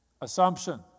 assumption